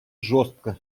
жестко